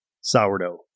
Sourdough